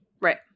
right